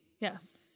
yes